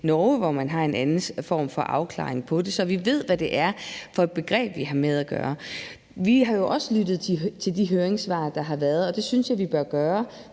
Norge, hvor man har en anden form for afklaring af det, så vi ved, hvad det er for et begreb, vi har med at gøre. Vi har jo også lyttet til de høringssvar, der har været, og det synes jeg vi bør gøre,